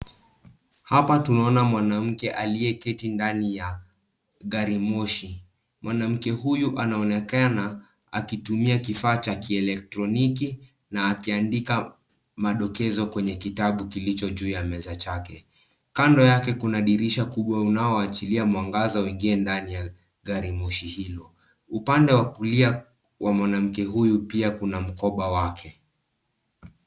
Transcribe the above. Hapa tunaona mwanamke aliyeketi ndani ya garimoshi. Mwanamke huyu anaonekana akitumia kifaa cha kielektroniki na akiandika madokezo kwenye kitabu kilicho juu ya meza chake. Kando yake kuna dirisha kubwa unaowachilia mwangaza uingie ndani ya garimoshi hilo. Upande wa kulia wa mwanamke huyu pia kuna mkoba wake.